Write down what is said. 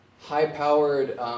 high-powered